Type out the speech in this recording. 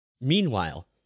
meanwhile